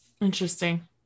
Interesting